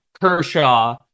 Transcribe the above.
Kershaw